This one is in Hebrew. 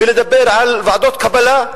ולדבר על ועדות קבלה.